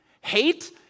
Hate